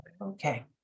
Okay